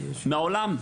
מעולם,